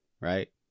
right